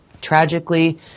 Tragically